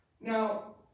Now